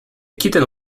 kitten